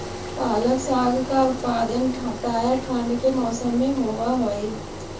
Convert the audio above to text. पालक साग का उत्पादन प्रायः ठंड के मौसम में होव हई